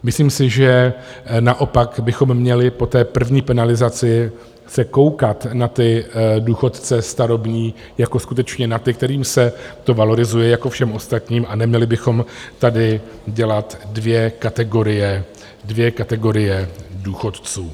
Myslím si, že naopak bychom měli po té první penalizaci se koukat na ty důchodce starobní jako skutečně na ty, kterým se to valorizuje jako všem ostatním, a neměli bychom tady dělat dvě kategorie důchodců.